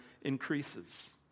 increases